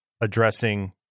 addressing